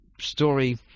story